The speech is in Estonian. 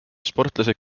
sportlased